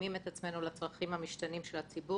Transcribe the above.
מתאימים את עצמנו לצרכים המשתנים של הציבור.